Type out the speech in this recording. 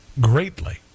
greatly